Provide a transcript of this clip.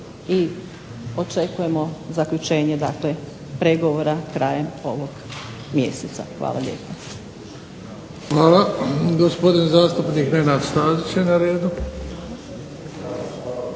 i očekujemo zaključenje pregovora krajem ovog mjeseca. **Bebić, Luka (HDZ)** Hvala. Gospodin zastupnik Nenad Stazić je na redu.